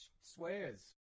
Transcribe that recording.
swears